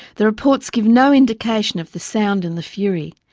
the reports give no indication of the sound and the fury,